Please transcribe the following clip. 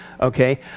Okay